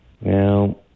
Now